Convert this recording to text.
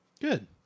Good